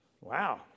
wow